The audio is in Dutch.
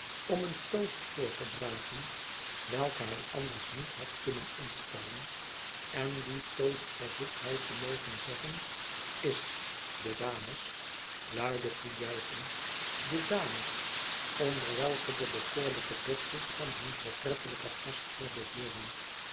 om een toast voor te dragen welken hij anders niet had kunnen instellen en die toast verzoekt hij te mogen zeggen is de dames luide toejuiching de dames onder welke de bekoorlijke dochters van hun voortreffelijken gastheer behooren